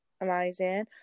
amazing